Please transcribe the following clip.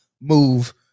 move